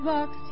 box